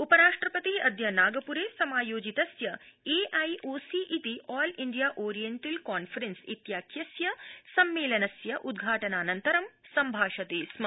उपराष्ट्रपति अद्य नागपुरे समायोजितस्य ए आई ओ सी इति ऑल इण्डिया ओरिएण्टल कॉन्फ्रेन्स इत्याख्यस्य सम्मेलनस्य उद्घाटनानन्तरं सम्भाषते स्म